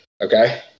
okay